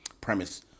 premise